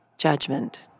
judgment